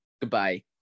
Goodbye